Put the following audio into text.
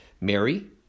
Mary